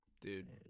Dude